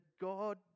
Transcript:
God